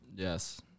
Yes